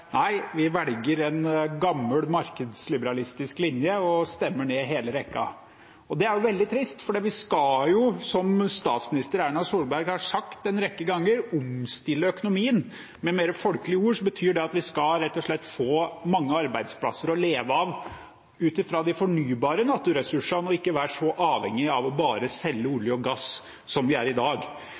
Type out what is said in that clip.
Nei, vi velger en gammel, markedsliberalistisk linje og stemmer ned hele rekka. Det er veldig trist, for vi skal jo, som statsminister Erna Solberg har sagt en rekke ganger, omstille økonomien. Med mer folkelige ord betyr det at vi rett og slett skal få mange arbeidsplasser å leve av ut fra de fornybare naturressursene og ikke være så avhengige av bare å selge olje og gass som vi er i dag.